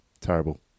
Terrible